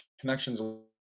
connections